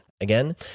Again